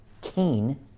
Cain